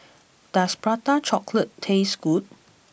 does Prata Chocolate taste good